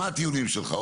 מה הטיעונים שלך?